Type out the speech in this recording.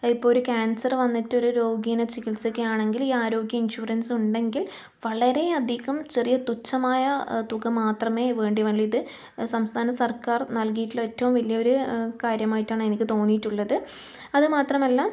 ഇപ്പോൾ ഒര് ക്യാൻസർ വന്നിട്ടൊരു രോഗീനെ ചികിത്സിക്കുകയാണെങ്കിൽ ഈ ആരോഗ്യ ഇൻഷുറൻസ് ഉണ്ടെങ്കിൽ വളരെയധികം ചെറിയ തുച്ഛമായ തുക മാത്രമേ വേണ്ടി സംസ്ഥാന സർക്കാർ നൽകിയിട്ടുള്ള ഏറ്റവും വലിയ ഒര് കാര്യമായിട്ടാണ് എനിക്ക് തോന്നിയിട്ടുള്ളത് അതുമാത്രമല്ല